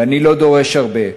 ואני לא דורש הרבה,